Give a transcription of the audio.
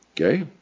Okay